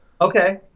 okay